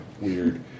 weird